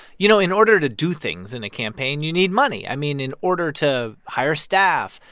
you know, in order to do things in a campaign, you need money. i mean, in order to hire staff,